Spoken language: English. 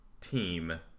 team